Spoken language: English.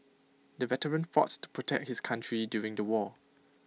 the veteran fought to protect his country during the war